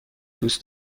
دوست